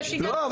לא,